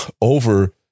over